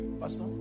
pastor